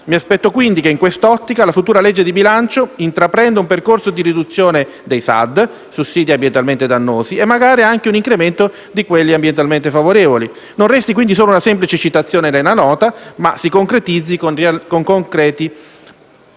Mi aspetto che, in quest'ottica, la futura legge di bilancio intraprenda un percorso di riduzione dei SAD (sussidi ambientalmente dannosi) e magari anche un incremento di quelli ambientalmente favorevoli. Non resti solo una semplice citazione nella Nota, ma si concretizzi con concreti